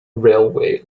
railway